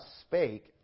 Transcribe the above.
spake